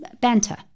banter